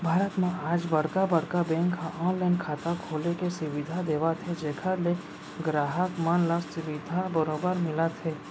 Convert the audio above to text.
भारत म आज बड़का बड़का बेंक ह ऑनलाइन खाता खोले के सुबिधा देवत हे जेखर ले गराहक मन ल सुबिधा बरोबर मिलत हे